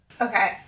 Okay